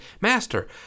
Master